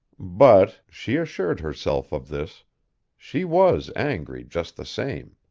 but she assured herself of this she was angry, just the same.